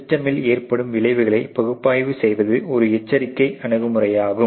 சிஸ்டமில் ஏற்படும் விளைவுகளை பகுப்பாய்வு செய்வது ஒரு எச்சரிக்கை அணுகுமுறையாகும்